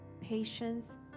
patience